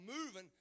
moving